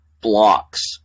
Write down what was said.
blocks